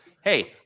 Hey